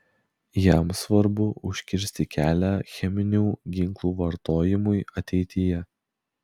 jam svarbu užkirsti kelią cheminių ginklų vartojimui ateityje